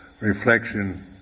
reflection